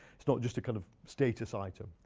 it's not just a kind of status item.